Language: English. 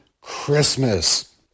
Christmas